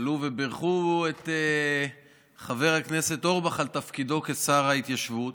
עלו ובירכו את חבר הכנסת אורבך על תפקידו כשר ההתיישבות,